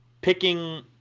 picking